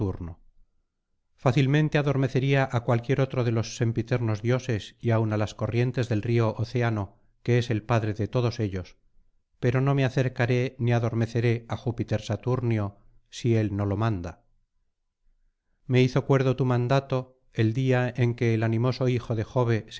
fácilmente adormecería á cualquier otro de los sempiternos dioses y aun á las corrientes del río océano que es el padre de todos ellos pero no me acercaré ni adormeceré á júpiter saturnio si él no lo manda me hizo cuerdo tu mandato el día en que el animoso hijo de jove